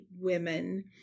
women